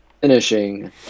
finishing